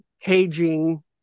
caging